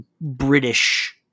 British